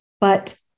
But-